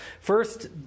First